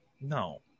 No